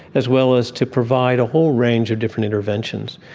as well as to provide a whole range of different interventions.